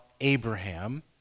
Abraham